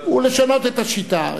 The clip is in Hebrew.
לשנות את השיטה.